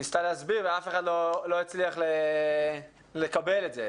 ניסתה להסביר ואף אחד לא הצליח לקבל את זה.